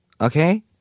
Okay